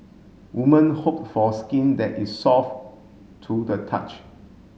woman hope for skin that is soft to the touch